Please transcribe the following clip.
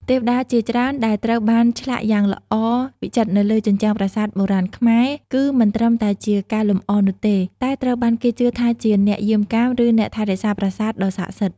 ទេវតាជាច្រើនដែលត្រូវបានឆ្លាក់យ៉ាងល្អវិចិត្រនៅលើជញ្ជាំងប្រាសាទបុរាណខ្មែរ គឺមិនត្រឹមតែជាការលម្អនោះទេ តែត្រូវបានគេជឿថាជា អ្នកយាមកាម ឬ អ្នកថែរក្សាប្រាសាទ ដ៏ស័ក្តិសិទ្ធិ។